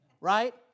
Right